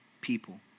people